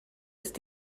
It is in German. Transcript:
ist